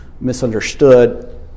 misunderstood